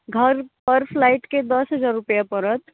घर फर्स लाइट के दस हज़ार रुपैआ पड़त